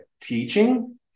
teaching